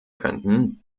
könnten